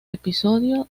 episodio